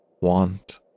want